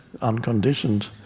unconditioned